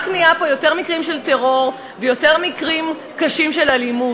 רק היו פה יותר מקרים של טרור ויותר מקרים קשים של אלימות.